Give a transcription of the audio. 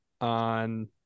on